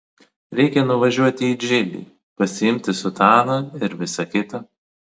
reikia nuvažiuoti į džilį pasiimti sutaną ir visa kita